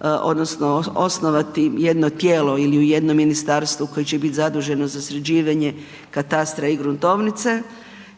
odnosno osnovati jedno tijelo ili u jednom ministarstvu koje će biti zaduženo za sređivanje katastra i gruntovnice